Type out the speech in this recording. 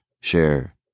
share